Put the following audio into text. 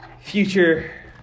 Future